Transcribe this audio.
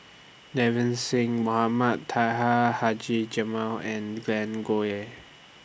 Singh Mohamed Taha Haji Jamil and Glen Goei